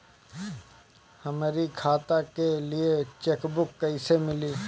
हमरी खाता के लिए चेकबुक कईसे मिली?